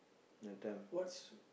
that time